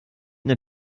eine